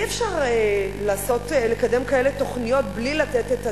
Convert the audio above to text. אי-אפשר לקדם כאלה תוכניות בלי לתת את הדעת.